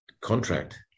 contract